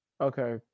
okay